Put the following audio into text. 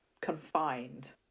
confined